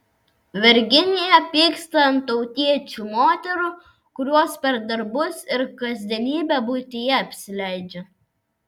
virginija pyksta ant tautiečių moterų kurios per darbus ir kasdienybę buityje apsileidžia